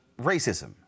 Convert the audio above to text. racism